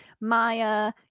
maya